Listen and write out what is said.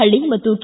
ಹಳ್ಳಿ ಮತ್ತು ಕೆ